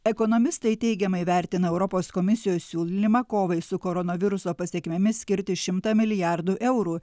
ekonomistai teigiamai vertina europos komisijos siūlymą kovai su koronaviruso pasekmėmis skirti šimtą milijardų eurų